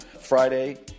Friday